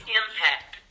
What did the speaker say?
impact